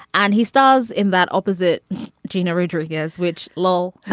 and he stars in that opposite gina rodriguez which lol.